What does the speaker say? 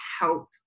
help